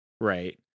Right